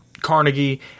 Carnegie